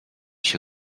się